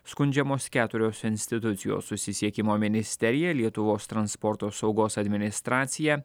skundžiamos keturios institucijos susisiekimo ministerija lietuvos transporto saugos administracija